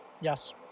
Yes